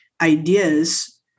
ideas